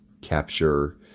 capture